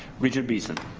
regent beeson.